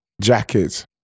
jacket